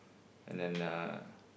and then uh